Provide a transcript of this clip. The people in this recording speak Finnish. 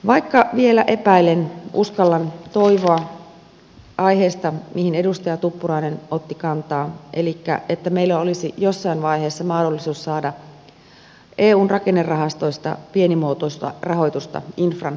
vaikka vielä epäilen uskallan toivoa aiheesta mihin edustaja tuppurainen otti kantaa että meillä olisi jossain vaiheessa mahdollisuus saada eun rakennerahastoista pienimuotoista rahoitusta infran rakentamiseen